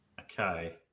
Okay